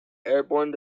airborne